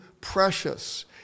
precious